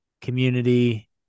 community